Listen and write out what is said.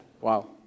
Wow